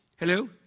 Hello